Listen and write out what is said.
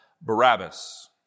Barabbas